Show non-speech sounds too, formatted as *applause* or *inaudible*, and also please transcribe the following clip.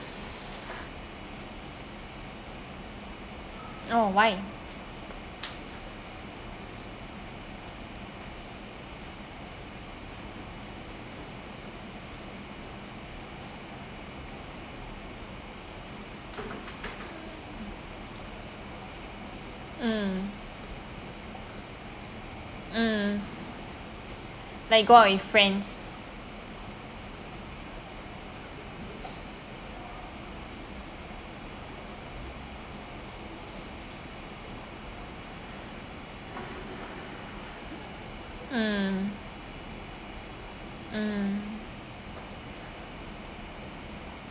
oh why *noise* mm mm like go out with friends mm mm